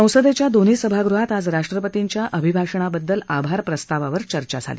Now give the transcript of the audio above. संसदेच्या दोन्ही सभागृहात आज राष्ट्रपतींच्या अभिभाषणाबद्दल आभार प्रस्तावावर चर्चा झाली